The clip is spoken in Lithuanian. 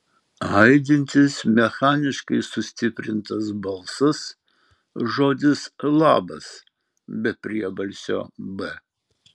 aidintis mechaniškai sustiprintas balsas žodis labas be priebalsio b